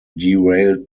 derailed